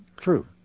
true